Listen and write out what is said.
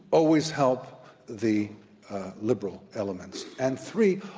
always help the liberal elements. and three,